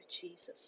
Jesus